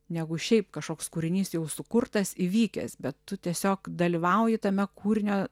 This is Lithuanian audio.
negu šiaip kažkoks kūrinys jau sukurtas įvykęs bet tu tiesiog dalyvauji tame kūrinio